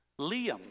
Liam